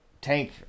tank